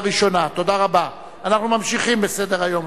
46 בעד, אין מתנגדים, אין נמנעים.